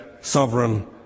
sovereign